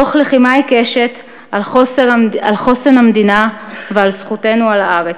תוך לחימה עיקשת על חוסן המדינה ועל זכותנו על הארץ.